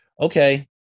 okay